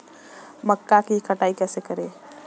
मक्का की कटाई कैसे करें?